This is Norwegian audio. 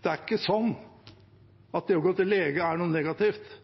Det er ikke sånn at det å gå til lege er noe negativt.